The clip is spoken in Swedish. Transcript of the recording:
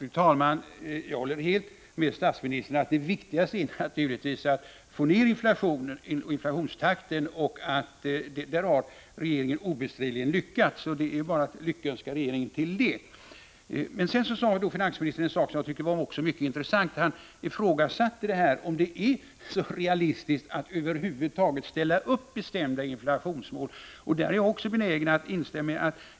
Fru talman! Jag håller helt med finansministern om att det väsentliga naturligtvis är att få ner inflationstakten. Där har regeringen obestridligen lyckats, och det är bara att lyckönska regeringen till det. Sedan sade finansministern en annan sak som jag tyckte var mycket intressant. Han ifrågasatte nämligen om det är så realistiskt att över huvud taget ställa upp bestämda inflationsmål. På den punkten är jag benägen att instämma.